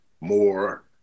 more